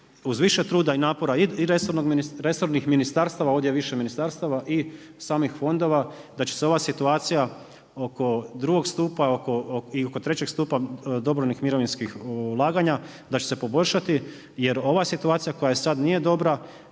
uz više truda i napora i resornih ministarstva, ovdje više ministarstava i samih fondova da će se ova situacija oko 2. stupa i oko 3. stupa dobrovnih mirovinskih ulaganja, da će se poboljšati, jer ova situacija koja sad nije dobra,